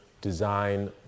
design